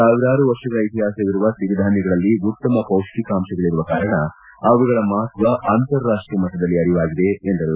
ಸಾವಿರಾರು ವರ್ಷಗಳ ಇತಿಹಾಸವಿರುವ ಸಿರಿಧಾನ್ಯಗಳಲ್ಲಿ ಉತ್ತಮ ಪೌಚ್ಯಿಕಾಂಶಗಳಿರುವ ಕಾರಣ ಅವುಗಳ ಮಹತ್ವ ಅಂತರಾಷ್ಷೀಯ ಮಟ್ಟದಲ್ಲಿ ಅರಿವಾಗಿದೆ ಎಂದರು